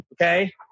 Okay